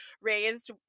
raised